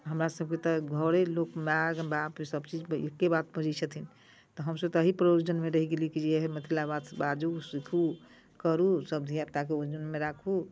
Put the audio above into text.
हमरासभके तऽ घरे लोक माए बाप ईसभ चीज एके बात बजैत छथिन तऽ हमसभ तऽ एहि प्रयोजनमे रहि गेलियै कि जे इएह मतलब बात बाजू सीखू करू सभ धिया पुताके वजहमे राखू